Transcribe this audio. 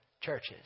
churches